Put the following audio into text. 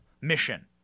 mission